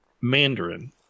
Mandarin